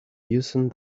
using